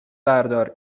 بردار